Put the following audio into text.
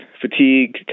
fatigue